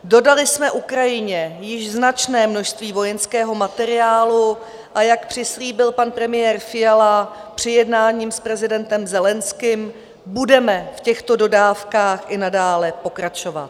Dodali jsme Ukrajině již značné množství vojenského materiálu, a jak přislíbil pan premiér Fiala při jednání s prezidentem Zelenským, budeme v těchto dodávkách i nadále pokračovat.